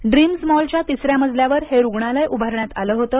dreams मॉलच्या तिस या मजल्यावर हे रुग्णालय उभारण्यात आलं होतं